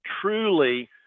Truly